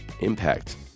impact